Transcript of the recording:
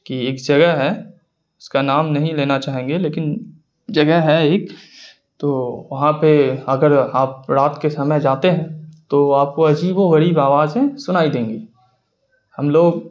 کہ ایک جگہ ہے اس کا نام نہیں لینا چاہیں گے لیکن جگہ ہے ایک تو وہاں پہ اگر آپ رات کے سمے جاتے ہیں تو آپ کو عجیب و غریب آوازیں سنائی دیں گی ہم لوگ